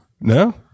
No